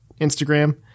Instagram